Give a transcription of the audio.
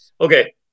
Okay